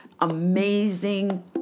amazing